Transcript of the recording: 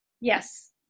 Yes